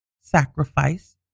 sacrifice